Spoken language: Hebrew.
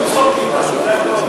זה הכול.